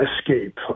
escape